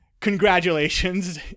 congratulations